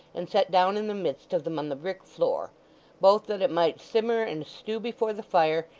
and set down in the midst of them on the brick floor both that it might simmer and stew before the fire,